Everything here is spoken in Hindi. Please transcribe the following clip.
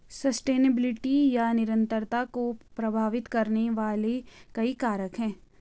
सस्टेनेबिलिटी या निरंतरता को प्रभावित करने वाले कई कारक हैं